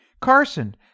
Carson